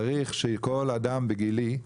צריך שכל אדם בגילי,